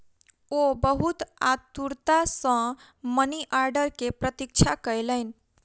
ओ बहुत आतुरता सॅ मनी आर्डर के प्रतीक्षा कयलैन